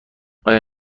آیا